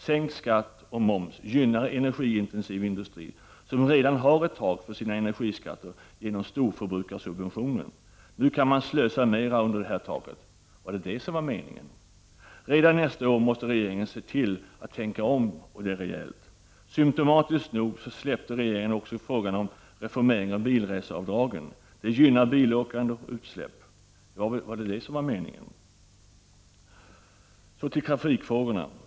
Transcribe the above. Sänkt skatt och moms gynnar energiintensiv industri som redan har ett tak för sina energiskatter genom storförbrukarsubventionen. Nu kan man slösa mer under detta tak. Var det detta som var meningen? Redan nästa år måste regeringen tänka om, och det rejält. Symtomatiskt nog släppte regeringen också frågan om en reformering av bilreseavdragen. Det gynnar bilåkande och utsläpp. Var det detta som var meningen? Så till trafikfrågorna.